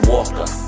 Walker